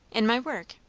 in my work.